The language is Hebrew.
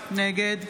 נגד